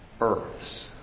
Earths